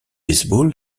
baseball